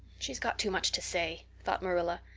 she's got too much to say, thought marilla,